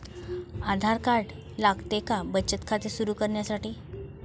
आधार card लागते का बचत खाते सुरू करण्यासाठी?